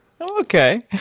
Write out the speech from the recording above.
Okay